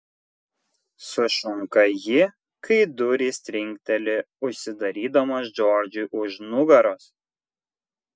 sušunka ji kai durys trinkteli užsidarydamos džordžui už nugaros